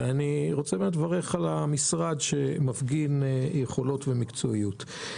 ואני רוצה לברך על המשרד שמפגין יכולות ומקצועיות.